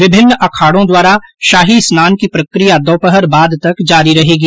विभिन्न अखाड़ों द्वारा शाही स्नान की प्रक्रिया दोपहर बाद तक जारी रहेगी